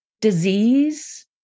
disease